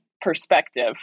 perspective